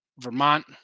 Vermont